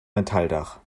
metalldach